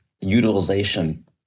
utilization